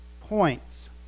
points